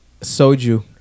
soju